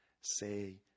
say